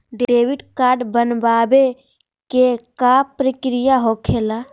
Debit card बनवाने के का प्रक्रिया होखेला?